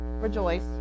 Rejoice